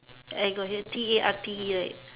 I got hear T A R T E right